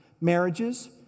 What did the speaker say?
marriages